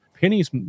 pennies